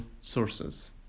sources